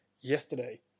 yesterday